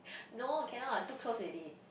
no cannot too close already